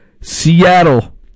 Seattle